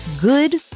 good